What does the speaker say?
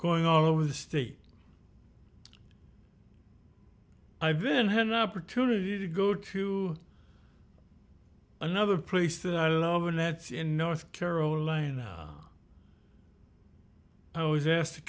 going all over the state i've been had an opportunity to go to another place that i love and that's in north carolina i was asked to